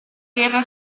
guerra